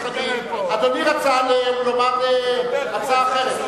אילן גילאון, אדוני רצה לומר הצעה אחרת.